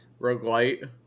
roguelite